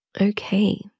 Okay